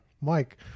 Mike